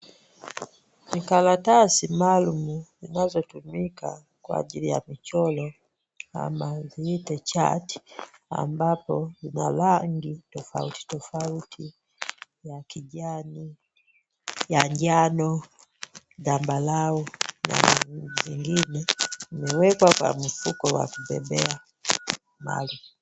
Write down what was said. Vikaratasi maalumu zinazotumika kwa ajili ya michoro ama tuziite chati, ambapo zina rangi tofauti tofauti; ya kijani, ya njano, zambarau na zingine, zimewekwa kwa mfuko wa kubebea mali.